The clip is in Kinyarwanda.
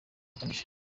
umukanishi